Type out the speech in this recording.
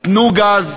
תנו גז,